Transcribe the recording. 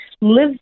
live